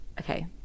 Okay